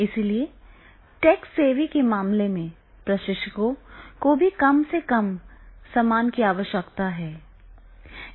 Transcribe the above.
इसलिए tech savvy के मामले में प्रशिक्षकों को भी कम से कम समान की आवश्यकता होती है